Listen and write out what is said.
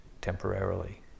temporarily